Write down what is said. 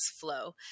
flow